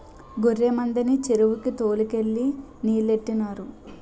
గొర్రె మందని చెరువుకి తోలు కెళ్ళి నీలెట్టినారు